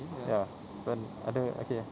ya then ada okay